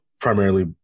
primarily